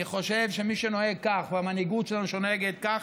אני חושב שמי שנוהג כך, המנהיגות שלנו, שנוהגת כך,